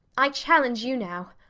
i challenge you now.